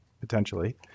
potentially